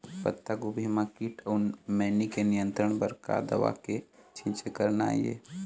पत्तागोभी म कीट अऊ मैनी के नियंत्रण बर का दवा के छींचे करना ये?